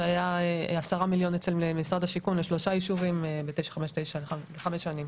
והיה 10 מיליון אצל משרד השיכון לשלושה יישובים ב-959 לחמש שנים.